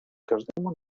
każdemu